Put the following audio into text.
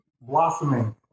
blossoming